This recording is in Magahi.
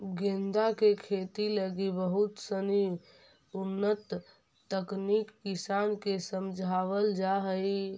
गेंदा के खेती लगी बहुत सनी उन्नत तकनीक किसान के समझावल जा हइ